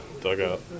dugout